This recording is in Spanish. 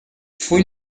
fue